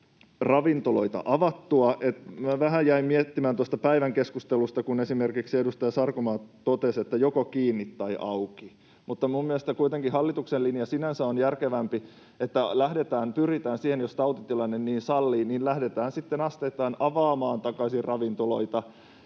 ravintoloita avattua. Minä vähän jäin miettimään tuosta päivän keskustelusta, kun esimerkiksi edustaja Sarkomaa totesi, että joko kiinni tai auki, että minun mielestäni kuitenkin hallituksen linja sinänsä on järkevämpi: pyritään siihen, että jos tautitilanne niin sallii, niin lähdetään sitten asteittain avaamaan takaisin ravintoloita,